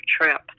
trip